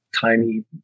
tiny